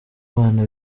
bana